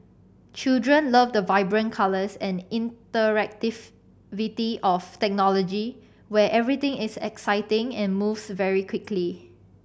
children love the vibrant colours and interactivity of technology where everything is exciting and moves very quickly